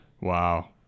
Wow